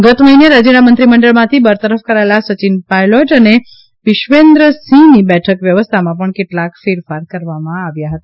ગત મહિને રાજ્યના મંત્રીમંડળમાંથી બરતરફ કરાયેલા સચિન પાયલોટ અને વિશવેન્દ્રસિંહની બેઠક વ્યવસ્થામાં પણ કેટલાક ફેરફાર કરવામાં આવ્યા હતા